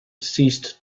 ceased